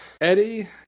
Eddie